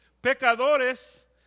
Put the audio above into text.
Pecadores